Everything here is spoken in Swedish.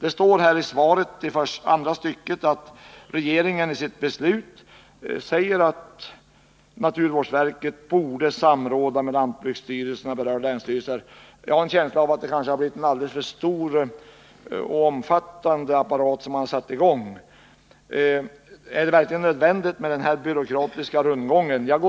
I svaret sade jordbruksministern att regeringen i sitt beslut angav att naturvårdsverket borde samråda med lantbruksstyrelsen och berörda länsstyrelser. Jag har en känsla av att man därigenom har satt i gång en alldeles för stor och omfattande apparat. Är verkligen den här byråkratiska rundgången nödvändig?